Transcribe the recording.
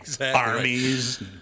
Armies